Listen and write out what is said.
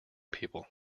people